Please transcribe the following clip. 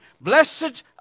blessed